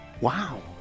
Wow